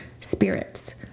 Spirit's